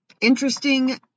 Interesting